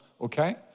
Okay